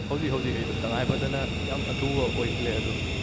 ꯍꯧꯖꯤꯛ ꯍꯧꯖꯤꯛ ꯑꯩꯗꯣ ꯇꯉꯥꯏ ꯐꯗꯅ ꯌꯥꯝ ꯑꯊꯨꯕ ꯑꯣꯏꯁꯤꯜꯂꯦ ꯑꯗꯨ